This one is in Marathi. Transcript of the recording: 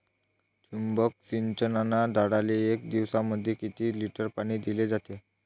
ठिबक सिंचनानं झाडाले एक दिवसामंदी किती लिटर पाणी दिलं जातं?